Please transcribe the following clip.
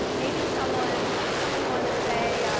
maybe someone someone want to say